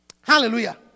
Hallelujah